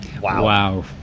Wow